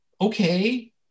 Okay